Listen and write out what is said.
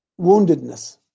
woundedness